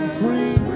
free